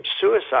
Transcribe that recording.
suicide